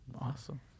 awesome